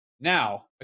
Now